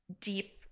deep